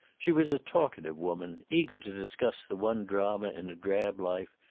she was a talkative woman, eager to discuss the one drama in a drab life,